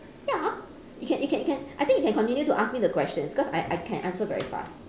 ya you can you can you can I think you can continue to ask me the question because I I can answer very fast